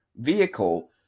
vehicle